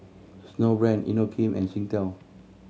Snowbrand Inokim and Singtel